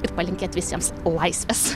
ir palinkėt visiems laisvės